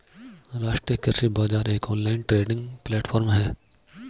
राष्ट्रीय कृषि बाजार एक ऑनलाइन ट्रेडिंग प्लेटफॉर्म है